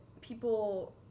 people